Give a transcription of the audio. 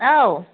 औ